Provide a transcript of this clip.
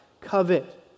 covet